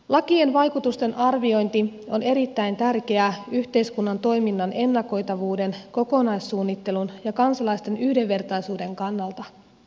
lakien vaikutusten arviointi on erittäin tärkeää yhteiskunnan toiminnan ennakoitavuuden kokonaissuunnittelun ja kansalaisten yhdenvertaisuuden kannalta